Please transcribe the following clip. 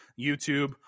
YouTube